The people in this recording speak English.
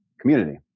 community